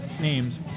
names